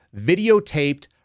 videotaped